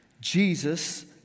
Jesus